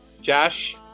Josh